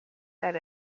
that